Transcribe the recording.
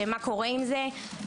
מה קורה עם זה.